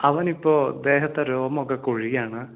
അവനിപ്പോൾ ദേഹത്തെ രോമമൊക്കെ കൊഴിയുകയാണ്